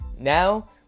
Now